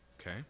okay